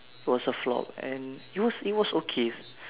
was a flop and it was it was okay